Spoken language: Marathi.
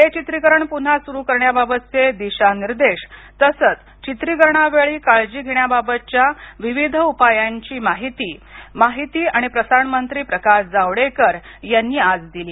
हे चित्रीकरण पुन्हा सुरू करण्याबाबतचे दिशानिर्देश तसंच चित्रीकरणावेळी घ्यावयाच्या काळजी घेण्याबाबतच्या विविध उपायांची माहिती माहिती आणि प्रसारण मंत्री प्रकाश जावडेकर यांनी आज घोषणा केली